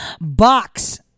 box